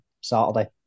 Saturday